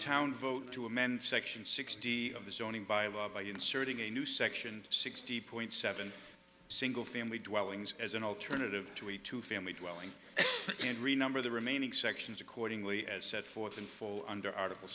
town vote to amend section sixty of the zoning by a by inserting a new section sixty point seven single family dwellings as an alternative to a two family dwelling and remember the remaining sections accordingly as set forth in full under article